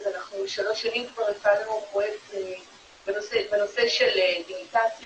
אנחנו שלוש שנים כבר מפעילים פרויקט בנושא של דיגיטציה,